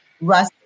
Russ